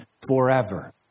forever